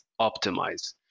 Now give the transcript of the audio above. optimize